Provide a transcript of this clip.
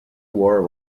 were